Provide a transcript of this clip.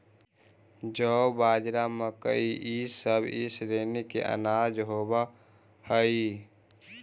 जौ, बाजरा, मकई इसब ई श्रेणी के अनाज होब हई